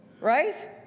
right